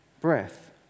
breath